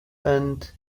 and